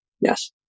Yes